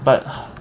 but